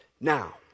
Now